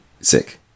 sick